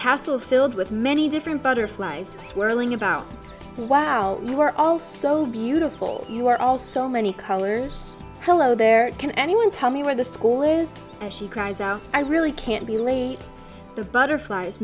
castle filled with many different butterflies swirling about while we were all so beautiful you are all so many colors hello there can anyone tell me where the schoolers as she cries out i really can't be only the butterflies